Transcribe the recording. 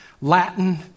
Latin